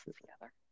together